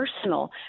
personal